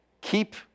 Keep